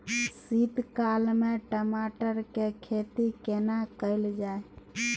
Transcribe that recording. शीत काल में टमाटर के खेती केना कैल जाय?